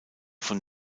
von